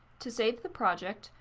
to save the project,